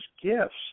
gifts